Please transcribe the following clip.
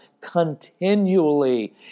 continually